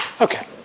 Okay